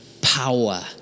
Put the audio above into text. power